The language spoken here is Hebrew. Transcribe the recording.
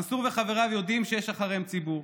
מנסור וחבריו יודעים שיש אחריהם ציבור.